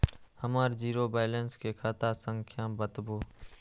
हमर zero balance के खाता संख्या बतबु?